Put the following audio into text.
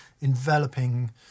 enveloping